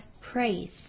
praise